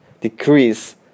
decrease